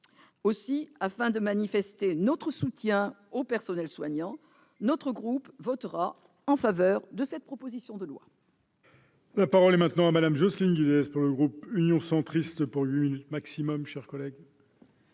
Aussi, afin de manifester notre soutien au personnel soignant, notre groupe votera en faveur de cette proposition de loi.